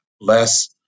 less